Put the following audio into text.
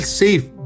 safe